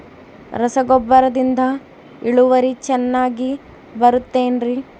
ರಸಗೊಬ್ಬರದಿಂದ ಇಳುವರಿ ಚೆನ್ನಾಗಿ ಬರುತ್ತೆ ಏನ್ರಿ?